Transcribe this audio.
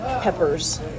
peppers